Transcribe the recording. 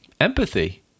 empathy